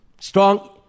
Strong